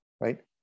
right